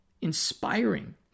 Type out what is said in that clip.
Inspiring